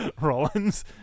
Rollins